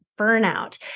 burnout